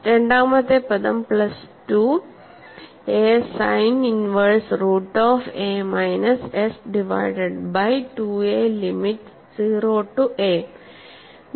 രണ്ടാമത്തെ പദം plus two a sine inverse root of a minus s divided by 2a limit 0 to a